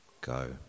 Go